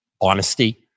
honesty